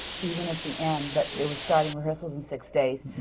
even at the end, but they were starting rehearsals in six days.